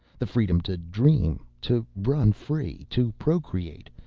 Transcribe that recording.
the freedom to dream, to run free, to procreate,